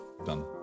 done